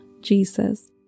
Jesus